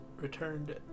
returned